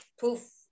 poof